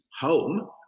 home